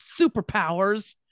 superpowers